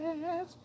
yes